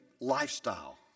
lifestyle